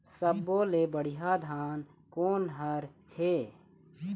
सब्बो ले बढ़िया धान कोन हर हे?